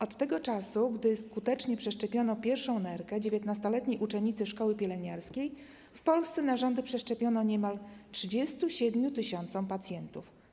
Od tego czasu, gdy skutecznie przeszczepiono pierwszą nerkę 19-letniej uczennicy szkoły pielęgniarskiej, w Polsce narządy przeszczepiono niemal 37 tys. pacjentów.